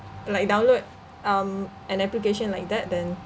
like download um an application like that then